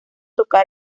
tocar